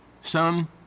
Son